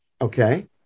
okay